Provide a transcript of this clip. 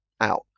out